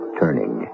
turning